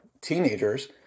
teenagers